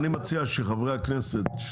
אין לכם הכנסות?